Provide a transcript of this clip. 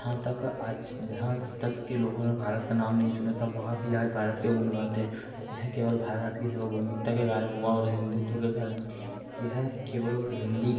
जहाँ तक आज जहाँ तक के लोगों ने भारत का नाम नहीं सुना था वह भी आज भारत के गुण गाते यह केवल भारत की सर्वभूमिकता के कारण हुआ और हिंदुत्व के कारण हुआ यह केवल और हिन्दी